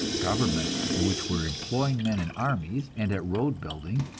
governments which were employing men in armies, and at road building,